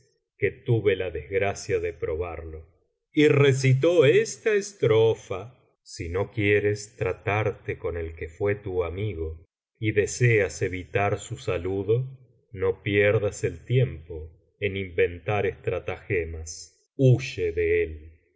que tuve la desgracia de probarlo y recitó esta estrofa si no quieres tratarte con el que fué tu amigo y deseas evitar su saludo no pierdas el tiempo en inventar estratagemas huye de él